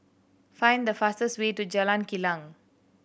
find the fastest way to Jalan Kilang